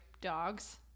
dogs